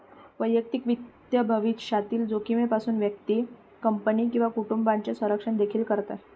वैयक्तिक वित्त भविष्यातील जोखमीपासून व्यक्ती, कंपनी किंवा कुटुंबाचे संरक्षण देखील करते